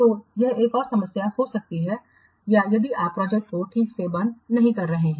तो यह एक और समस्या है जो हो सकती है या यदि आप प्रोजेक्ट को ठीक से बंद नहीं कर रहे हैं